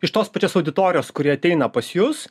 iš tos pačios auditorijos kuri ateina pas jus